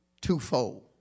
twofold